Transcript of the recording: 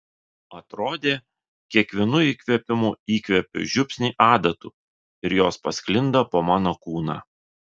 atrodė kiekvienu įkvėpimu įkvepiu žiupsnį adatų ir jos pasklinda po mano kūną